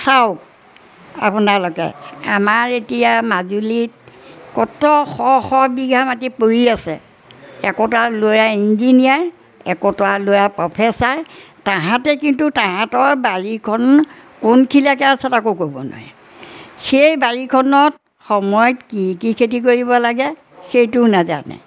চাওক আপোনালোকে আমাৰ এতিয়া মাজুলীত কত শ শ বিঘা মাটি পৰি আছে একোটা ল'ৰা ইঞ্জিনিয়াৰ একোটা ল'ৰা প্ৰফেচাৰ তাহাঁতে কিন্তু তাহাঁতৰ বাৰীখন কোনখিনিলৈকে আছে তাকো ক'ব নোৱাৰে সেই বাৰীখনত সময়ত কি কি খেতি কৰিব লাগে সেইটোও নাজানে